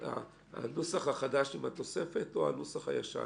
הנוסח החדש עם התוספת או הנוסח הישן?